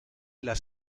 las